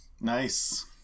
Nice